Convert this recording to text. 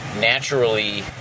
naturally